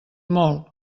molt